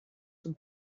zum